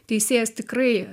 teisėjas tikrai